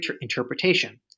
interpretation